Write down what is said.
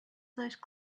those